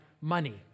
money